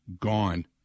Gone